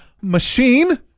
machine